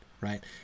Right